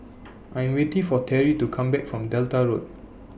I Am waiting For Teri to Come Back from Delta Road